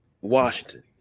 Washington